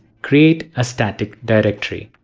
create a static directory.